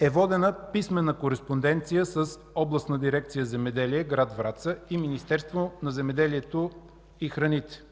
е водена писмена кореспонденция с Областна дирекция „Земеделие” град Враца и Министерството на земеделието и храните